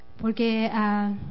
porque